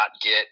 get